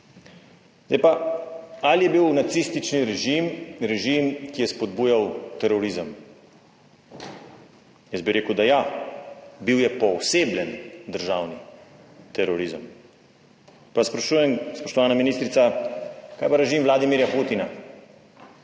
ali je bil nacistični režim, režim, ki je spodbujal terorizem? Jaz bi rekel, da ja, bil je poosebljen državni terorizem. Pa sprašujem, spoštovana ministrica, kaj pa režim Vladimirja Putina?